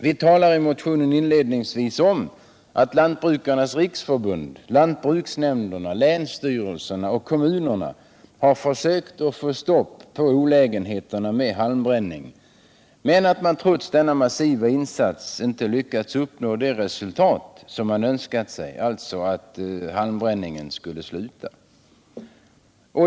Vi talar i motionen inledningsvis om att Lantbrukarnas provinsförbund, lantbruksnämnderna och länsstyrelserna — liksom kommunerna — har försökt motverka olägenheterna med halmbränningen men trots en massiv insats inte lyckats uppnå det önskade resultatet, nämligen att halmbränningen skulle upphöra.